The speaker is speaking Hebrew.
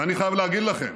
ואני חייב להגיד לכם